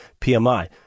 PMI